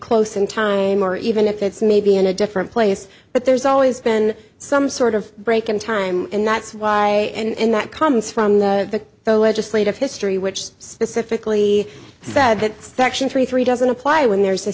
close in time or even if it's maybe in a different place but there's always been some sort of break in time and that's why and that comes from the legislative history which specifically said that section three three doesn't apply when there's a